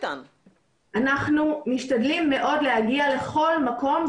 אנחנו משתדלים מאוד להגיע לכל מקום,